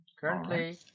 Currently